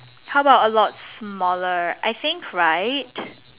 how about a lot smaller I thinks right